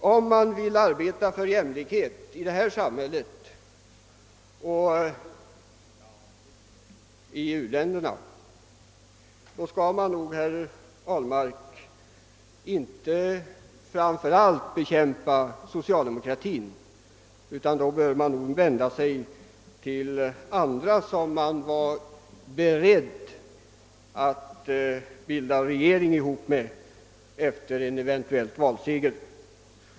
Vill man arbeta för jämlikhet här liksom i u-länderna skall man nog inte, herr Ahlmark, framför allt bekämpa socialdemokratin, utan man bör nog vända sig åt annat håll — till andra som folkpartiet var berett att bilda regering tillsammans med efter en eventuell valseger.